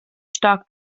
stark